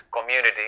community